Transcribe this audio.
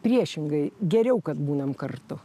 priešingai geriau kad būnam kartu